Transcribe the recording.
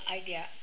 idea